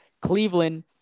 Cleveland